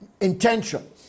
intention